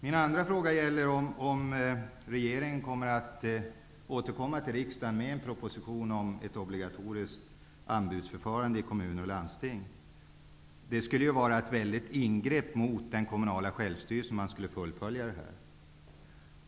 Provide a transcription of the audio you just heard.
Min andra fråga gäller om regeringen tänker återkomma till riksdagen med en proposition om ett obligatoriskt anbudsförfarande i kommuner och landsting. Det skulle vara ett väldigt ingrepp mot den kommunala självstyrelsen att fullfölja detta.